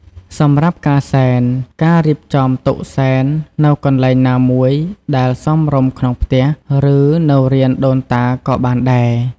សម្រាប់ការសែន អាចរៀបចំតុសែននៅកន្លែងណាមួយដែលសមរម្យក្នុងផ្ទះ ឬនៅរានដូនតាក៏បានដែរ។